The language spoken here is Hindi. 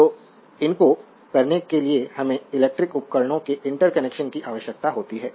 तो इनको करने के लिए हमें इलेक्ट्रिक उपकरणों के इंटरकनेक्शन की आवश्यकता होती है